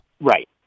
Right